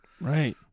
Right